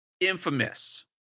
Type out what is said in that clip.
infamous